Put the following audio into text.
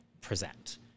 present